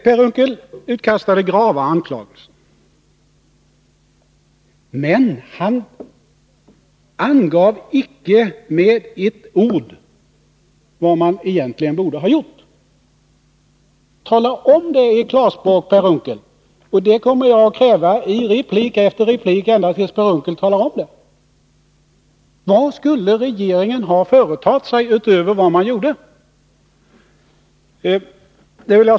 Per Unckel utkastade grava anklagelser, men han angav icke med ett ord vad man egentligen borde ha gjort. Tala om det i klarspråk, Per Unckel! Det kommer jag att kräva i replik efter replik ända tills Per Unckel talar om det. Vad skulle alltså regeringen ha företagit sig utöver vad man gjorde?